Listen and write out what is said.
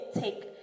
take